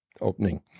opening